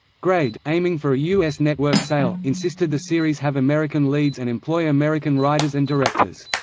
grade, aiming for a us network sale, insisted the series have american leads and employ american writers and directors.